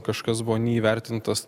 kažkas buvo neįvertintas